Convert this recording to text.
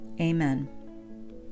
Amen